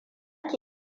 ki